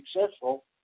successful